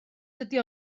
dydy